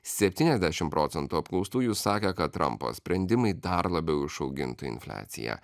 septyniasdešim procentų apklaustųjų sakė kad trampo sprendimai dar labiau išaugintų infliaciją